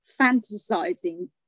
fantasizing